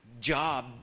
job